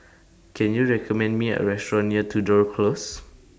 Can YOU recommend Me A Restaurant near Tudor Close